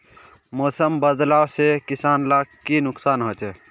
मौसम बदलाव से किसान लाक की नुकसान होचे?